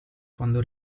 quando